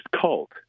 cult